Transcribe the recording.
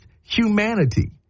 humanity